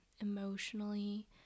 emotionally